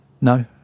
No